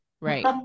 Right